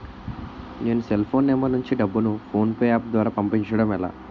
నేను cell phone number నుంచి డబ్బును ను ఫోన్పే అప్ ద్వారా పంపించడం ఎలా?